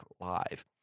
Live